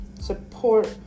support